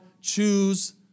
choose